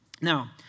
Now